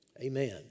Amen